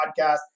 Podcast